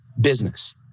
business